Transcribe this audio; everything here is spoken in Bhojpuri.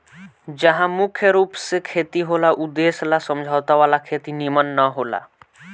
जहा मुख्य रूप से खेती होला ऊ देश ला समझौता वाला खेती निमन न होला